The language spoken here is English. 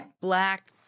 black